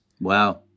Wow